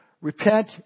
repent